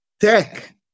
tech